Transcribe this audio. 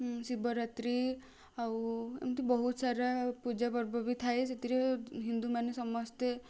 ଶିବରାତ୍ରି ଆଉ ଏମିତି ବହୁତ ସାରା ପୂଜାପର୍ବ ବି ଥାଏ ସେଥିରେ ହିନ୍ଦୁମାନେ ସମସ୍ତେ